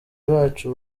bacu